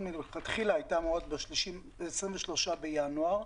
מלכתחילה הייתה אמורה להיות ב-23 בינואר,